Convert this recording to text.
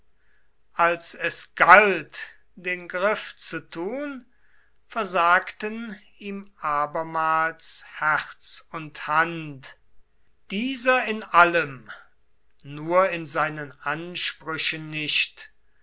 als es galt den griff zu tun versagten ihm abermals herz und hand dieser in allem nur in seinen ansprüchen nicht